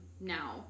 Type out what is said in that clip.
now